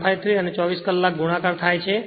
153 અને 24 કલાક ગુણાકાર થાય છે